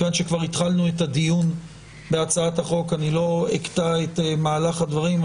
כיוון שכבר התחלנו את הדיון בהצעת החוק אני לא אקטע את מהלך הדברים.